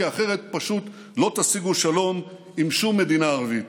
כי אחרת פשוט לא תשיגו שלום עם שום מדינה ערבית.